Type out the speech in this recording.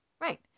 Right